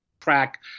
track